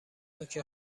نوک